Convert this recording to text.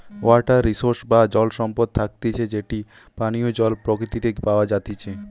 water resource বা জল সম্পদ থাকতিছে যেটি পানীয় জল প্রকৃতিতে প্যাওয়া জাতিচে